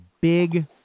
big